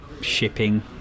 shipping